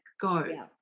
go